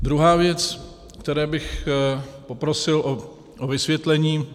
Druhá věc, u které bych poprosil o vysvětlení.